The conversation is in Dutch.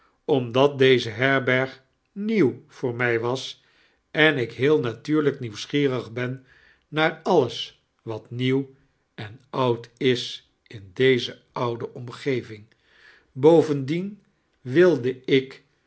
otmdat deize herberg nieuw voor mij wasi en ik heel natuurlijk nieuwsgierig ben naar alles wat nieuw en oud is in deize oude omgeviing bowndiem wilde ik